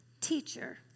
Teacher